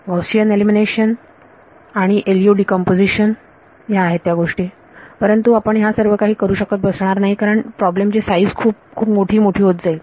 Gaussian elimination आणि LU decomposition ह्या आहेत त्या गोष्टी परंतु आपण या सर्व काही करू शकत बसणार नाही कारण प्रॉब्लेम ची साईज खूप खूप मोठी आणि मोठी होत जाईल